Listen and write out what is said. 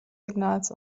signals